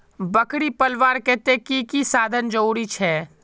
बकरी पलवार केते की की साधन जरूरी छे?